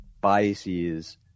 biases